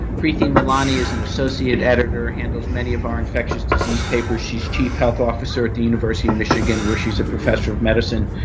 preeti malani is an associate editor handles many of our infectious disease papers. she's chief health officer at the university of michigan where she's a professor of medicine.